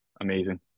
amazing